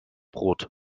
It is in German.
brot